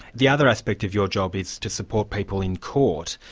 the other aspect of your job is to support people in court.